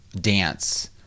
dance